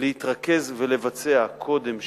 להתרכז ולבצע קודם שם.